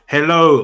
Hello